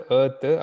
earth